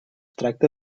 tracta